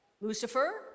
Lucifer